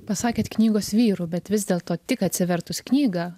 pasakėt knygos vyrų bet vis dėlto tik atsivertus knygą